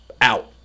out